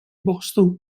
boston